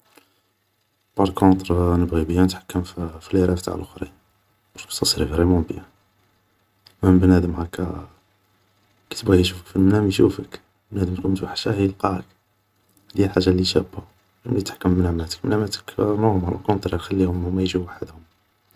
بار كونتر نبغي بيان نتحكم في لي راف تاع لوخرين سا سوري فريمون بيان مام بنادم هاكا كي تبغي يشوفك في المنام يشوفك, بنادم لي تكون متوحشه يلقاك, هادي هي الحاجة اللي شابة خير ملي تحكم في مناماتك مناماتك نورمال اوكونطرار خليهم هوما يجيو وحدهم